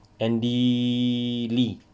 andy lee